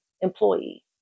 employee